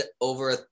over